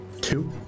two